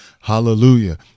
Hallelujah